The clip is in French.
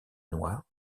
noirs